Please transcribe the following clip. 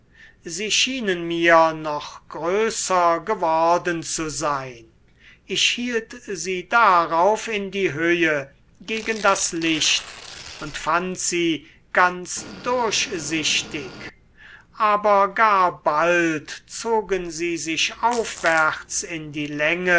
sie schienen mir noch größer geworden zu sein ich hielt sie darauf in die höhe gegen das licht und fand sie ganz durchsichtig aber gar bald zogen sie sich aufwärts in die länge